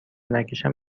نکشم